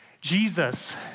Jesus